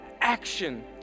action